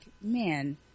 man